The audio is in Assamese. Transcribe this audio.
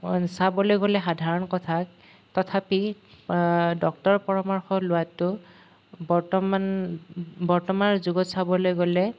চাবলৈ গ'লে সাধাৰণ কথা তথাপি ডক্তৰৰ পৰামৰ্শ লোৱাতো বৰ্তমান বৰ্তমান যুগত চাবলৈ গ'লে